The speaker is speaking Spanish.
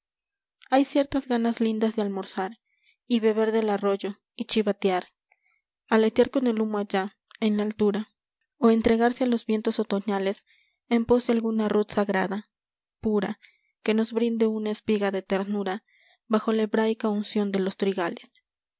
hay ciertas ganas lindas de almorzar y beber del arroyo y chivatear aletear con el humo allá en la altura o entregarse a los vientos otoñales en pos de alguna ruth sagrada pura que nos brinde una espiga de ternura bajo la hebraica unción de los trigales